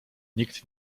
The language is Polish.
nikt